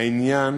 העניין